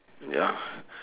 ya